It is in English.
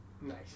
Nice